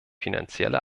finanzielle